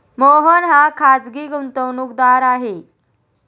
मोहन हा खाजगी गुंतवणूकदार आहे